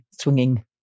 swinging